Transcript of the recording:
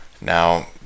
Now